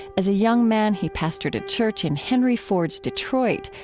as a young man, he pastored a church in henry ford's detroit,